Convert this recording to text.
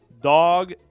dog